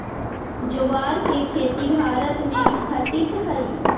ज्वार के खेती भारत में घटित हइ